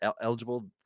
eligible